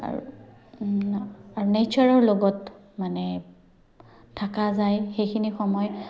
আৰু আৰু নেচাৰৰ লগত মানে থাকা যায় সেইখিনি সময়